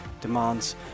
demands